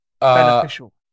beneficial